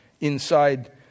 inside